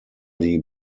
die